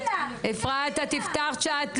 --- אפרת, תקשיבי, את